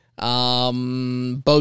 Bo